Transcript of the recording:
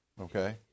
Okay